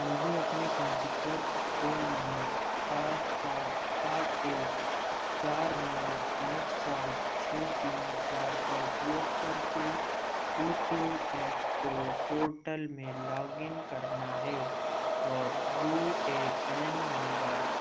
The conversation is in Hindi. मुझे अपने पंजीकृत फोन नंबर सात सात आठ एक चार नौ आठ सात छ तीन चार का उपयोग करके E P F O portal में लॉगिन करना है और यू ए एन नंबर